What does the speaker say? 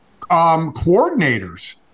coordinators